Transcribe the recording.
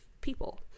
people